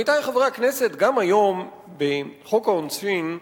עמיתי חברי הכנסת, גם היום, בחוק העונשין,